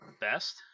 best